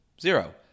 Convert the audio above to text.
Zero